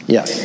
Yes